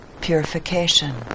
purification